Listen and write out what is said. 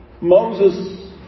Moses